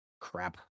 Crap